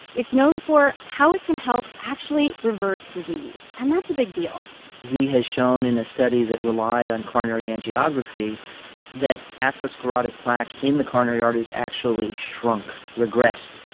it's known for how it can help actually reverse disease. and that's a big deal he has shown in a study that relied on coronary angiography that atherosclerotic plaque in the coronary arteries actually shrunk, regressed,